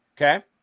Okay